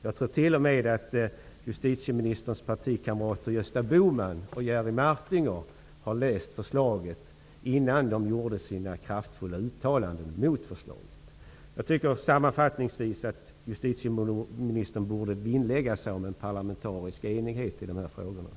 Jag tror t.o.m. att justitieministerns partikamrater Gösta Bohman och Jerry Martinger läste förslaget innan de gjorde sina kraftfulla uttalanden mot förslaget. Sammanfattningsvis tycker jag att justitieministern borde vinnlägga sig om en parlamentarisk enighet i dessa frågor.